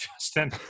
Justin